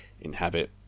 inhabit